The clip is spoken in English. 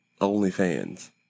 OnlyFans